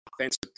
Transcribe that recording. offensive